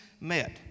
met